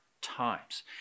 times